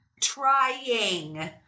Trying